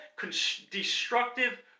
destructive